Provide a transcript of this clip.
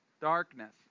darkness